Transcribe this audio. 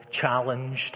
challenged